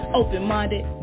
open-minded